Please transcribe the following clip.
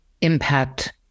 impact